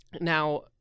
now